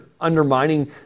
undermining